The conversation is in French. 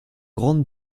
grande